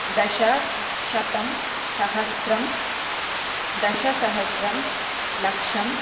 दश शतम् सहस्रं दशसहस्रं लक्षं